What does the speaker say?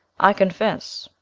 i confess,